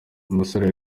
umusore